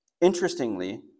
interestingly